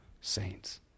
saints